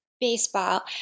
baseball